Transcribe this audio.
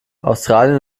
australien